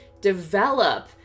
Develop